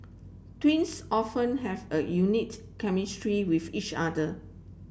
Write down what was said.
twins often have a unique chemistry with each other